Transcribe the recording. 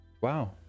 wow